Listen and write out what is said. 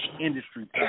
industry